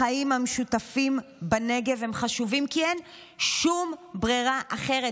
החיים המשותפים בנגב הם חשובים כי אין שום ברירה אחרת,